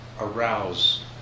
arouse